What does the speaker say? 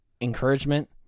encouragement